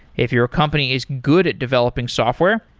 if your company is good at developing software,